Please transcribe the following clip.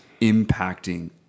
impacting